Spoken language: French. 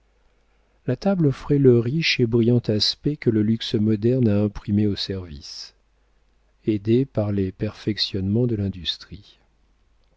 la table offrait le riche et brillant aspect que le luxe moderne a imprimé au service aidé par les perfectionnements de l'industrie